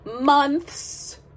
months